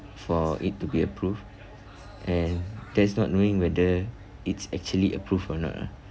for it to be approved and that's not knowing whether it's actually approved or not ah